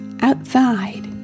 Outside